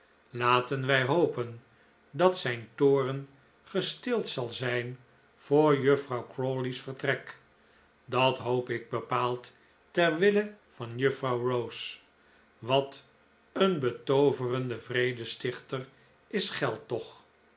laten wij hopen dat zijn toorn gestild zal zijn voor juffrouw crawley's vertrek dat hoop ik bepaald ter wille van juffrouw rose wat een betooverende vredestichter is geld toch